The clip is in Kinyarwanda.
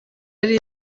ari